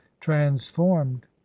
transformed